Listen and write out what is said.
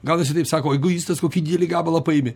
gal visi taip sako egoistas kokį didelį gabalą paėmė